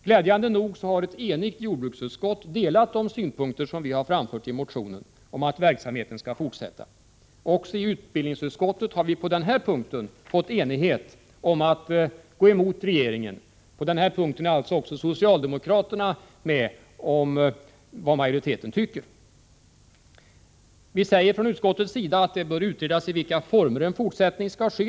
Glädjande nog har ett enigt jordbruksutskott delat de synpunkter som vi framfört i motionen om att verksamheten skall fortsätta. Också i utbildningsutskottet har vi på denna punkt nått enighet om att gå emot regeringen. Där är alltså socialdemokraterna i utskottet med oss. Vi säger också från utskottets sida att det bör utredas i vilka former en fortsättning skall ske.